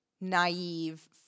naive